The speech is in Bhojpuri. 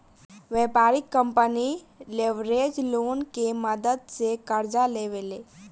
व्यापारिक कंपनी लेवरेज लोन के मदद से कर्जा लेवे ले